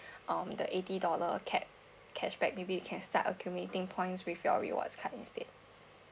um the eighty dollar cap cash back may be you can start accumulating points with your reward card instead